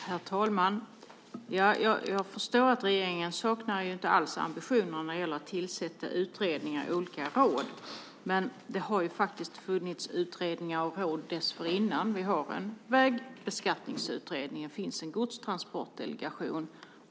Herr talman! Jag förstår att regeringen inte alls saknar ambitioner när det gäller att tillsätta utredningar i olika råd. Men det har faktiskt funnits utredningar och råd förut. Det finns en vägbeskattningsutredning. Det finns en godstransportdelegation.